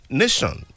nation